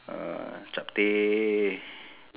uh chapteh